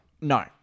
No